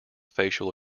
facial